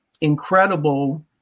incredible